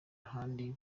n’ahandi